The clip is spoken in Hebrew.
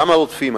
למה רודפים?